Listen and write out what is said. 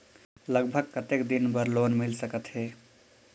लगभग कतेक दिन बार लोन मिल सकत हे?